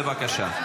בבקשה.